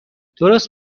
درست